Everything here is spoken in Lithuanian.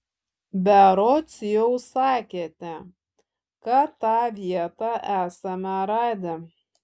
berods jau sakėte kad tą vietą esame radę